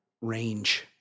range